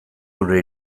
zure